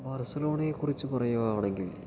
ബാർസലോണയെക്കുറിച്ച് പറയുകയാണെങ്കിൽ